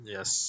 Yes